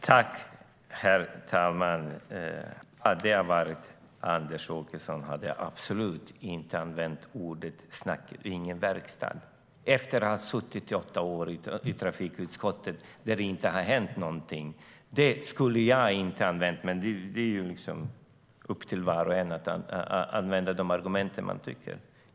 Herr talman! Hade jag varit Anders Åkesson skulle jag definitivt inte ha använt uttrycket snack men ingen verkstad. Efter att ha suttit åtta år i trafikutskottet utan att det hände något skulle jag inte ha använt det uttrycket, men det är upp till var och en att använda sig av de argument man vill.